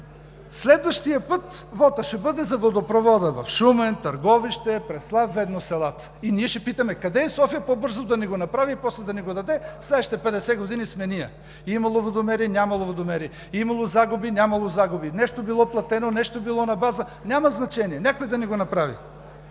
Следващия път вотът ще бъде за водопровода в Шумен, Търговище, Преслав, ведно със селата, и ние ще питаме: къде е София, по-бързо да ни го направи и после да ни го даде. Следващите 50 години сме ние. Имало водомери – нямало водомери, имало загуби – нямало загуби. Нещо било платено, нещо било на база – няма значение. Някой да ни го направи!